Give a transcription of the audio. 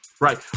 Right